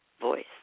voice